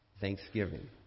Thanksgiving